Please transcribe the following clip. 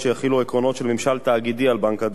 עקרונות של ממשל תאגידי על בנק הדואר,